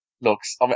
looks